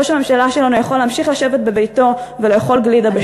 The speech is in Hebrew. ראש הממשלה שלנו יכול להמשיך לשבת בביתו ולאכול גלידה בשקט.